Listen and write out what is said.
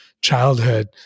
childhood